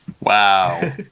wow